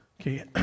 Okay